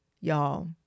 y'all